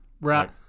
Right